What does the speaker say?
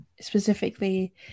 specifically